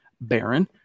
Baron